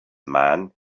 man